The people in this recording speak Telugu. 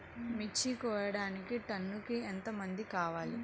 మిర్చి కోయడానికి టన్నుకి ఎంత మంది కావాలి?